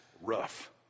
rough